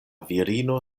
virino